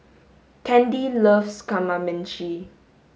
Candi loves kamameshi